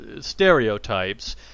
stereotypes